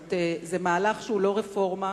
זה מהלך שהוא לא רפורמה,